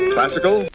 Classical